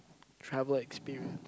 travel experience